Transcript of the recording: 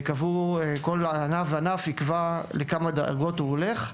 וייקבעו כל ענף וענף יקבע לכמה דרגות הוא הולך.